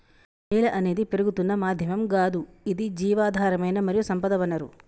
నేల అనేది పెరుగుతున్న మాధ్యమం గాదు ఇది జీవధారమైన మరియు సంపద వనరు